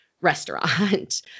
restaurant